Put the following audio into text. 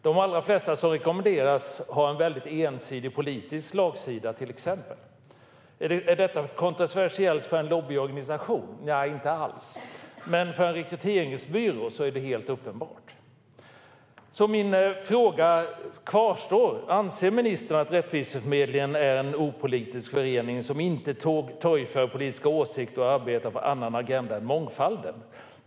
De allra flesta som rekommenderas har till exempel en stark politisk slagsida. Det är väldigt ensidigt. Är detta kontroversiellt för en lobbyorganisation? Nej, inte alls. Men för en rekryteringsbyrå är det helt uppenbart så. Min fråga kvarstår. Anser ministern att Rättviseförmedlingen är en opolitisk förening som inte torgför politiska åsikter eller arbetar för annan agenda än mångfaldens?